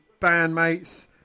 bandmates